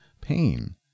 pain